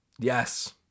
Yes